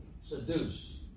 seduce